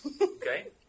Okay